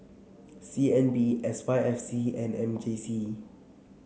C N B S Y F C and M J C